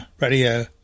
Radio